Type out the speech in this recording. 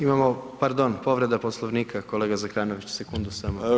Imamo, pardon, povreda Poslovnika, kolega Zekanović sekundu samo.